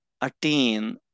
attain